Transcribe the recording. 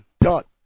Dot